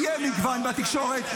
יהיה מגוון בתקשורת.